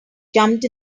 jumped